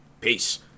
Peace